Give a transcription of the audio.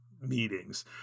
meetings